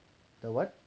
the what